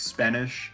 Spanish